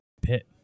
pit